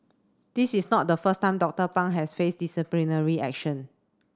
this is not the first time Doctor Pang has face disciplinary action